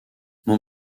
mon